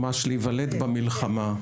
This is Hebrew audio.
ממש להיוולד במלחמה.